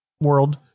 world